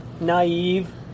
naive